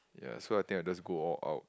ya so I think I just go all out